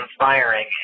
inspiring